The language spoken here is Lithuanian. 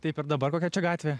taip ir dabar kokia čia gatvė